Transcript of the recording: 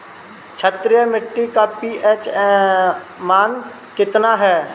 क्षारीय मीट्टी का पी.एच मान कितना ह?